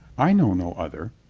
i know no other,